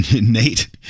Nate